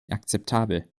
akzeptabel